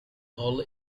hall